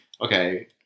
okay